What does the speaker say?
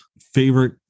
Favorite